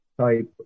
type